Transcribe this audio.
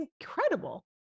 incredible